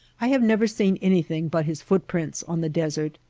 i have never seen anything but his footprints on the desert.